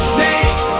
make